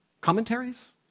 Commentaries